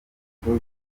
mukuru